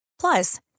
Plus